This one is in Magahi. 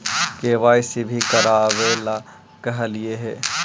के.वाई.सी भी करवावेला कहलिये हे?